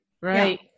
Right